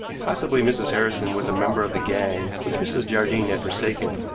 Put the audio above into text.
possibly mrs. harrison was a member of the gang which mrs. jardine had forsaken,